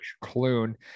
Clune